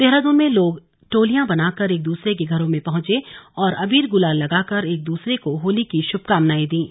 देहरादून में लोग टोलियां बनाकर एक दूसरे के घरों में पहुंचे और अबीर गु्लाल लगाकर एक दूसरे को होली की शुभकामनाए दीं